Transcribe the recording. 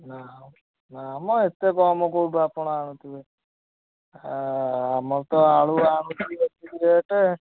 ନା ନାମ ଏତେ କମ୍ କେଉଁଠୁ ଆପଣ ଆଣୁଥିବେ ଆମର ତ ଆଳୁ ଆଣୁଛୁ ଏତିକି ରେଟ୍